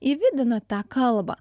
įvidina tą kalbą